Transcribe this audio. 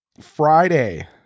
Friday